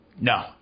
No